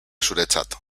zuretzat